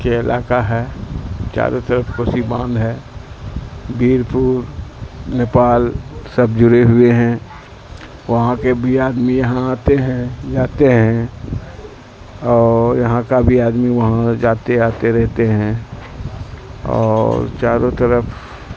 کے علاقہ ہے چاروں طرف کوسی باندھ ہے بیر پور نیپال سب جڑے ہوئے ہیں وہاں کے بھی آدمی یہاں آتے ہیں جاتے ہیں اور یہاں کا بھی آدمی وہاں جاتے آتے رہتے ہیں اور چاروں طرف